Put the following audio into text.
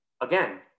again